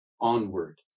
onward